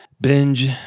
binge